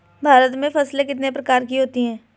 भारत में फसलें कितने प्रकार की होती हैं?